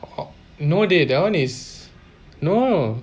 oh no dey that one is no